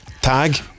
Tag